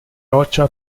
roccia